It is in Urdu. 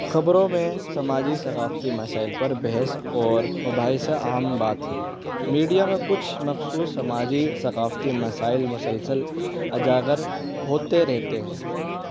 خبروں میں سماجی ثقافتی مسائل پر بحث اور مباحثہ عام بات ہے میڈیا میں کچھ مخصوص سماجی ثقافتی مسائل مسلسل اجاگر ہوتے رہتے ہیں